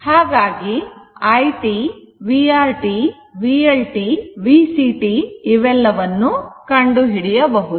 ಹಾಗಾಗಿ i t vR t VL t VC t ಇವೆಲ್ಲವನ್ನೂ ಕಂಡುಹಿಡಿಯಬಹುದು